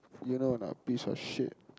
you know or not piece of shit